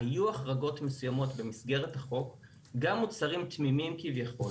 היו החרגות מסוימות במסגרת החוק גם מוצרים תמימים כביכול,